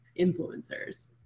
influencers